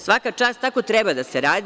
Svaka čast, tako treba da se radi.